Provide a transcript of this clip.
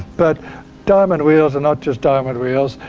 but diamond wheels are not just diamond wheels.